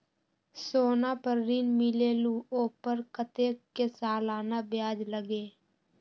सोना पर ऋण मिलेलु ओपर कतेक के सालाना ब्याज लगे?